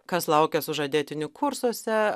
kas laukia sužadėtinių kursuose